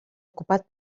ocupat